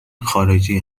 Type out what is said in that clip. خارجی